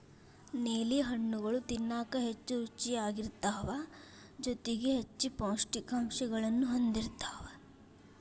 ನೇಲಿ ಹಣ್ಣುಗಳು ತಿನ್ನಾಕ ಹೆಚ್ಚು ರುಚಿಯಾಗಿರ್ತಾವ ಜೊತೆಗಿ ಹೆಚ್ಚು ಪೌಷ್ಠಿಕಾಂಶಗಳನ್ನೂ ಹೊಂದಿರ್ತಾವ